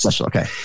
Okay